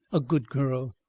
a good girl.